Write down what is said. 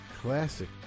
classic